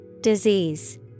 Disease